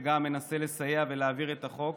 שגם מנסה לסייע ולהעביר את החוק,